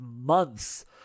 months